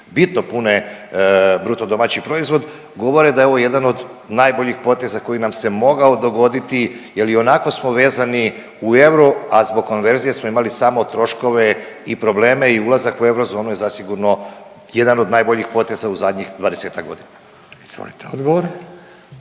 bitno pune BDP govore da je ovo jedan od najboljih poteza koji nam se mogao dogoditi jel ionako smo vezani u euru, a zbog konverzije smo imali samo troškove i probleme i ulazak u eurozonu je zasigurno jedan od najboljih poteza u zadnjih 20-tak godina.